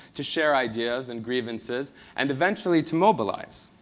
to share ideas and grievances and, eventually, to mobilize.